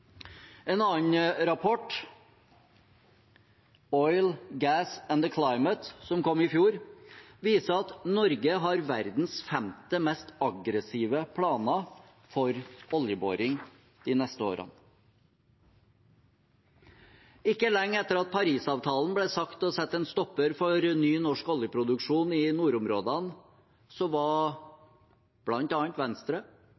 En annen rapport, «Oil, Gas and The Climate», som kom i fjor, viser at Norge har verdens femte mest aggressive planer for oljeboring de neste årene. Ikke lenge etter at Parisavtalen ble sagt å sette en stopper for ny norsk oljeproduksjon i nordområdene,